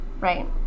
Right